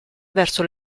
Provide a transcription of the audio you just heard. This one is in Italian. verso